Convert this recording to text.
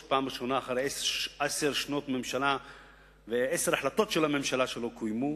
שפעם ראשונה אחרי עשר שנות ממשלה ועשר החלטות של הממשלה שלא קוימו,